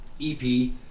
EP